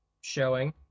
showing